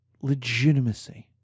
legitimacy